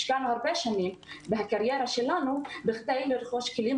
השקענו הרבה שנים בקריירה שלנו כדי לרכוש כלים